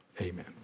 Amen